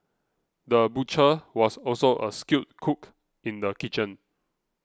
the butcher was also a skilled cook in the kitchen